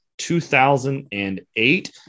2008